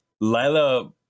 lila